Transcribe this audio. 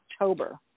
October